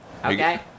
Okay